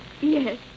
Yes